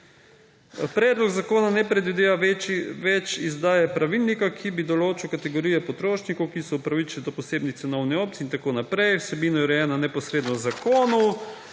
»Predlog zakona ne predvideva več izdaje pravilnika, ki bi določil kategorije potrošnikov, ki so upravičeni do posebnih cenovnih opcij …» In tak naprej. »Vsebina je urejena neposredno v zakonu